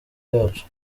yacu